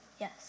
Yes